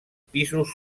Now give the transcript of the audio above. pisos